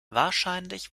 wahrscheinlich